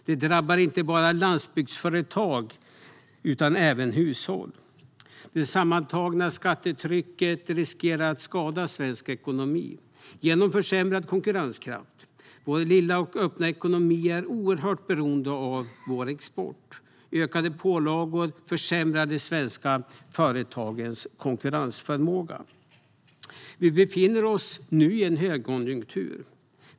Det drabbar inte bara landsbygdsföretag utan även hushåll. Det sammantagna skattetrycket riskerar att skada svensk ekonomi genom försämrad konkurrenskraft. Vår lilla och öppna ekonomi är oerhört beroende av vår export. Ökade pålagor försämrar de svenska företagens konkurrensförmåga. Vi befinner oss nu i en högkonjunktur.